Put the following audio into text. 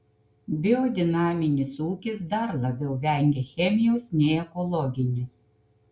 biodinaminis ūkis dar labiau vengia chemijos nei ekologinis